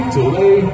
DeLay